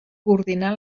coordinar